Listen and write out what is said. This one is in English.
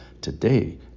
today